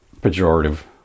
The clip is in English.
pejorative